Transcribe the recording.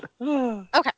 Okay